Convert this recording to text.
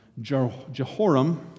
Jehoram